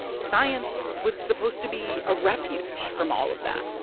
science was supposed to be a refuge from all of that,